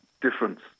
difference